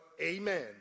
amen